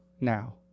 now